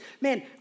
man